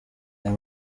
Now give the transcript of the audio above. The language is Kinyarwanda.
aya